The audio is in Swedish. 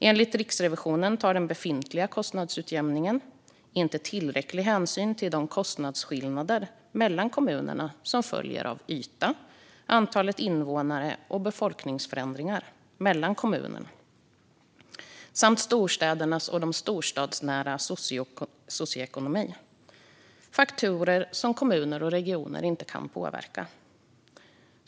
Enligt Riksrevisionen tar den befintliga kostnadsutjämningen inte tillräcklig hänsyn till de kostnadsskillnader mellan kommunerna som följer av yta, antalet invånare och befolkningsförändringar mellan kommunerna samt storstädernas och de storstadsnära kommunernas socioekonomi - faktorer som kommuner och regioner inte kan påverka.